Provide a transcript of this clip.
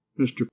Mr